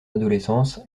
adolescence